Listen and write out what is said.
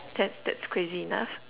guess that's crazy enough